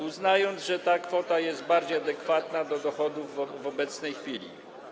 Uznano, że ta kwota jest bardziej adekwatna do poziomu dochodów w obecnej chwili.